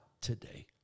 today